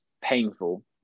painful